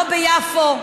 לא ביפו,